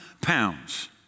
pounds